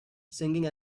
singing